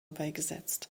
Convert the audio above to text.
beigesetzt